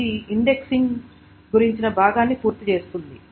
ఇది ఇండెక్సింగ్ గురించిన భాగాన్ని పూర్తి చేస్తుంది